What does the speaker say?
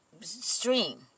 stream